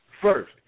first